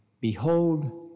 Behold